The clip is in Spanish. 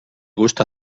gusta